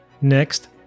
Next